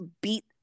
beat